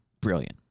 brilliant